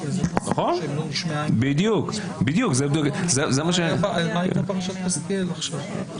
על מה הייתה פרשת קסיטאל?